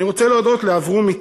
אני רוצה להודות לאברומי,